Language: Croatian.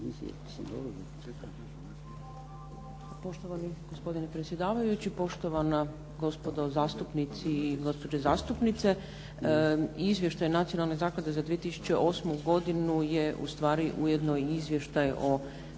Poštovani gospodine predsjedavajući, poštovana gospodo zastupnici i gospođe zastupnice. Izvještaj Nacionalne zaklade za 2008. godinu je u stvari ujedno i izvještaj o